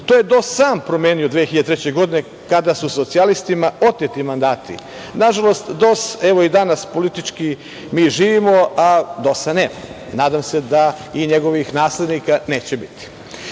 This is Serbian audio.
To je DOS sam promenio 2003. godine kada su socijalistima oteti mandati. Nažalost, evo i danas politički mi živimo, a DOS-a nema. Nadam se da i njegovih naslednika neće